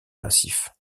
massif